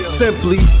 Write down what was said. simply